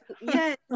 Yes